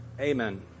amen